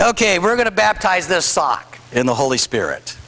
ok we're going to baptize this sock in the holy spirit